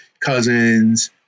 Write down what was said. cousins